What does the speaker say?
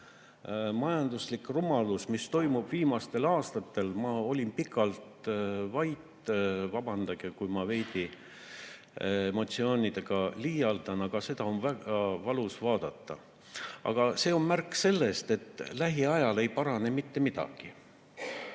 majanduslik rumalus, mis toimub viimastel aastatel – ma olin pikalt vait, vabandage, kui ma veidi emotsioonidega liialdan, aga seda on väga valus vaadata – on märk sellest, et lähiajal ei parane mitte midagi.